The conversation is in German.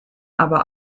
aber